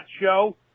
show